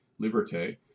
liberté